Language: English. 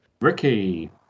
Ricky